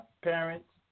parents